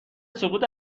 سقوط